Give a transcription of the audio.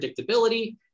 predictability